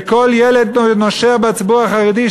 וכל ילד נושר בציבור החרדי,